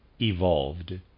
evolved